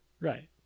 right